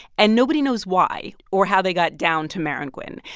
and nobody knows why or how they got down to maringouin.